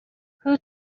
who